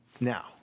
now